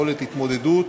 יכולת התמודדות,